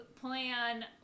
plan